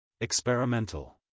experimental